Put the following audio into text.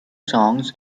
songs